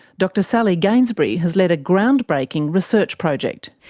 dr sally gainsbury has led a ground-breaking research project.